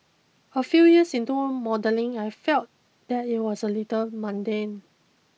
a few years into modelling I felt that it was a little mundane